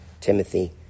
Timothy